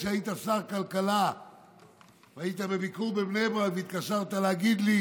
כשהיית שר כלכלה והיית בביקור בבני ברק התקשרת להגיד לי: